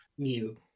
New